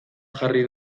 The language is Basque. jarri